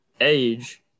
age